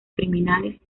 criminales